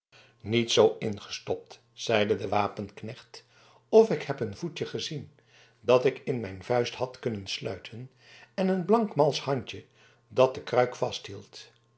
niet zoo ingestopt zeide de wapenknecht of ik heb een voetje gezien dat ik in mijn vuist had kunnen sluiten en een blank malsch handje dat de kruik vasthield